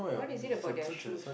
what is it about their shoes